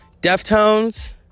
Deftones